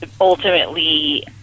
ultimately